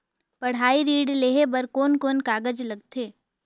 पढ़ाई ऋण लेहे बार कोन कोन कागज लगथे?